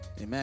Amen